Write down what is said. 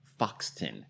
Foxton